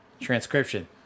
Transcription